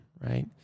right